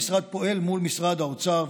המשרד פועל מול משרד האוצר,